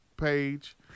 page